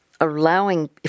allowing